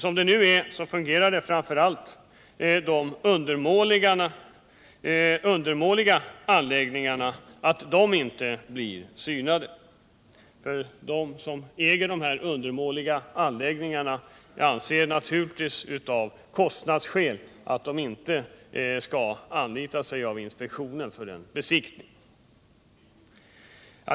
Som det nu fungerar är det framför allt de undermåliga anläggningarna som inte blir synade; de som äger dem anser naturligtvis att de av kostnadsskäl inte kan anlita inspektionen för besiktning.